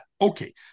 okay